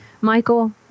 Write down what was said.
Michael